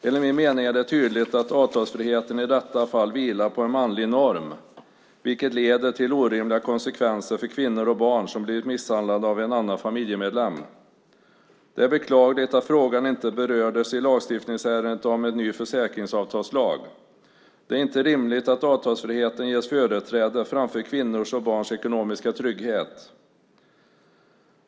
Enligt min mening är det tydligt att avtalsfriheten i detta fall vilar på en manlig norm, vilket leder till orimliga konsekvenser för kvinnor och barn som blivit misshandlade av en annan familjemedlem. Det är beklagligt att frågan inte berördes i lagstiftningsärendet om en ny försäkringsavtalslag. Det är inte rimligt att avtalsfriheten ges företräde framför kvinnors och barns ekonomiska trygghet.